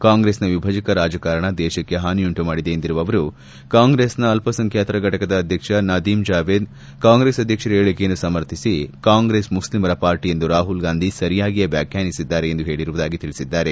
ಕಾಂಗ್ರೆಸ್ನ ವಿಭಜಕ ರಾಜಕಾರಣ ದೇಶಕ್ಕೆ ಹಾನಿಯುಂಟು ಮಾಡಿದೆ ಎಂದಿರುವ ಅವರು ಕಾಂಗ್ರೆಸ್ನ ಅಲ್ಪಸಂಖ್ವಾತರ ಫಟಕದ ಅಧ್ಯಕ್ಷ ನದೀಮ್ ಜಾವೆದ್ ಕಾಂಗ್ರೆಸ್ ಅಧ್ಯಕ್ಷರ ಹೇಳಿಕೆಯನ್ನು ಸಮರ್ಥಿಸಿ ಕಾಂಗ್ರೆಸ್ ಮುಖ್ಲಮರ ಪಾರ್ಟ ಎಂದು ರಾಹುಲ್ ಗಾಂಧಿ ಸರಿಯಾಗಿಯೇ ವ್ಲಾಖ್ಲಾನಿಸಿದ್ದಾರೆ ಎಂದು ಹೇಳರುವುದಾಗಿ ತಿಳಿಸಿದ್ದಾರೆ